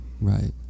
Right